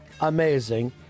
amazing